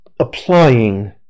Applying